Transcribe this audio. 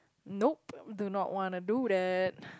nope do not want to do that